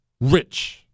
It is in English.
Rich